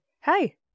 hey